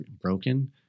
broken